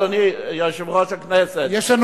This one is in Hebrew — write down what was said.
אדוני יושב-ראש הכנסת,